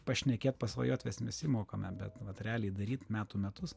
pašnekėt pasvajot mes visi mokame bet vat realiai daryt metų metus